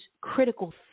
critical